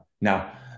now